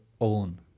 own